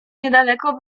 niedaleko